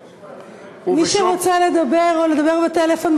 מי שרוצה לדבר או לדבר בטלפון,